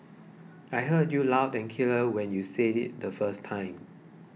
I heard you loud and clear when you said it the first time